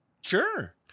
Sure